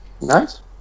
nice